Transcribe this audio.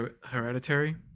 Hereditary